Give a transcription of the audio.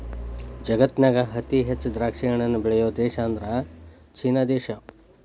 ಜಗತ್ತಿನ್ಯಾಗ ಅತಿ ಹೆಚ್ಚ್ ದ್ರಾಕ್ಷಿಹಣ್ಣನ್ನ ಬೆಳಿಯೋ ದೇಶ ಅಂದ್ರ ಚೇನಾ ದೇಶ